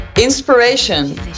inspiration